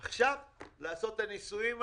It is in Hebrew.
אז עכשיו לעשות את הניסויים האלה?